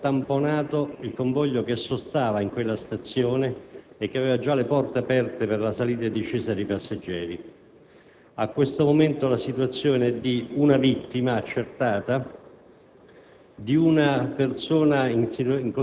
che era in arrivo alla stazione di piazza Vittorio ha tamponato il convoglio che sostava in quella stazione e che aveva già le porte aperte per la discesa e la salita dei passeggeri. Ad ora la situazione è di una vittima accertata,